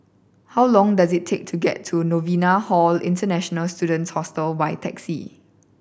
how long does it take to get to Novena Hall International Students Hostel by taxi